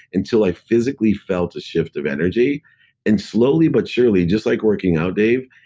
until i physically felt a shift of energy and slowly but surely, just like working out dave,